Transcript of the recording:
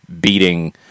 beating